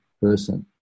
person